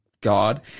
God